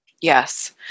Yes